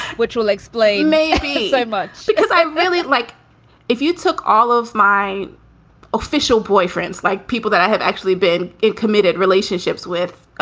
which will explain maybe so much because i really like if you took all of my official boyfriends like people that i have actually been in committed relationships with